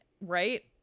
Right